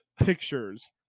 pictures